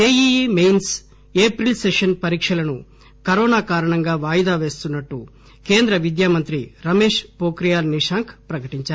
JEE mains April session పరీక్షలను corona కారణంగా వాయిదా వేస్తున్నట్లు కేంద్ర విద్యా మంత్రి రమేష్ పోక్రియాల్ నిషాంఖ్ ప్రకటించారు